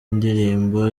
indirimbo